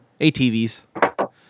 ATVs